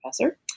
professor